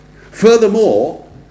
Furthermore